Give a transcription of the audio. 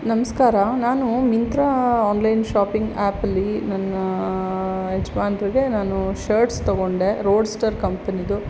ನಮಸ್ಕಾರ ನಾನು Myntra online shopping ಆ್ಯಪಲ್ಲಿ ನನ್ನ ಯಜ್ಮಾನ್ರಿಗೆ ನಾನು ಶರ್ಟ್ಸ್ ತಗೊಂಡೆ ರೋಡ್ಸ್ಟರ್ ಕಂಪ್ನಿದು